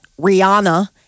Rihanna